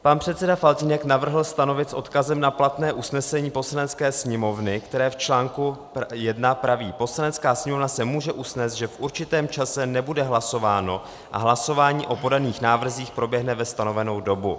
Pan předseda Faltýnek navrhl stanovit s odkazem na platné usnesení Poslanecké sněmovny, které v článku 1 praví: Poslanecká sněmovna se může usnést, že v určitém čase nebude hlasováno a hlasování o podaných návrzích proběhne ve stanovenou dobu.